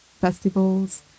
festivals